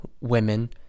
women